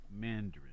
Mandarin